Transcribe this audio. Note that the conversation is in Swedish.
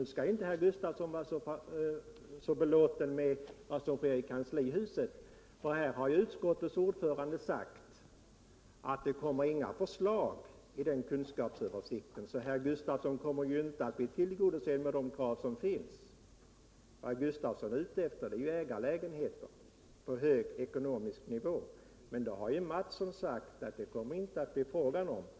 Nu skall inte herr Gustafsson vara så belåten med vad som sker i kanslihuset, för här har utskottets ordförande sagt att det inte kommer några förslag i kunskapsöversikten, så herr Gustafssons krav lär inte komma att bli tillgodosedda. Vad herr Gustafsson är ute efter är ju ägarlägenheter på hög ekonomisk nivå, men Kjell Mattsson har sagt att det inte blir fråga om sådant.